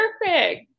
perfect